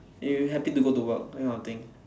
you happy to go to work that kind of thing